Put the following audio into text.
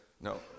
no